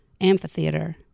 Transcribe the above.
amphitheater